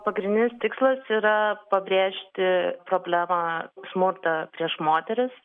pagrindinis tikslas yra pabrėžti problemą smurtą prieš moteris